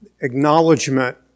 acknowledgement